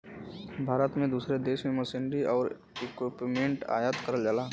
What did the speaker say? भारत में दूसरे देश से मशीनरी आउर इक्विपमेंट आयात करल जाला